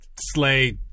Slay